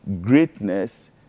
greatness